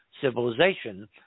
civilization